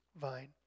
vine